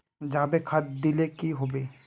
जाबे खाद दिले की होबे?